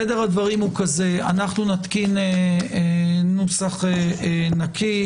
סדר הדברים הוא כזה: אנחנו נתקין נוסח נקי,